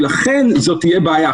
לכן זאת תהיה בעיה.